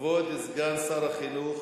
כבוד סגן שר החינוך,